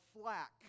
flak